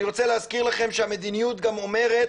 אני רוצה להזכיר לכם שהמדיניות גם אומרות,